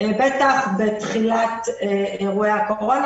בטח בתחילת אירועי הקורונה,